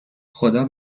خدا